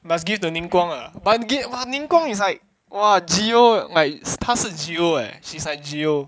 but give to ning guang ah but ga~ lah ning guang is like geo eh 他是 geo eh she's like geo